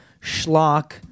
schlock